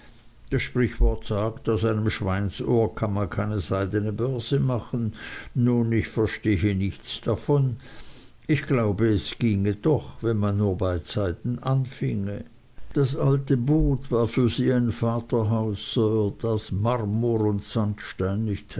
das sprichwort sagt aus einem schweinsohr kann man keine seidne börse machen nun ich verstehe nichts davon ich glaube es ginge doch wenn man nur beizeiten anfinge das alte boot war für sie ein vaterhaus sir das marmor und